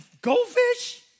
goldfish